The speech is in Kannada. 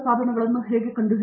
ಪ್ರತಾಪ್ ಹರಿಡೋಸ್ ಸರಿ